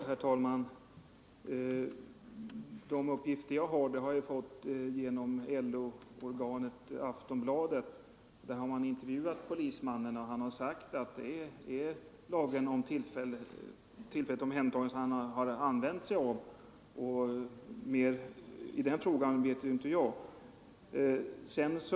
Herr talman! Jag har fått mina uppgifter genom LO-organet Aftonbladet som intervjuat polismannen. Han har enligt Aftonbladet sagt att han vid detta tillfälle tillämpade lagen om tillfälligt omhändertagande. Om den frågan vet jag inte mer än så.